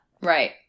Right